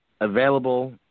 available